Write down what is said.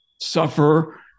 suffer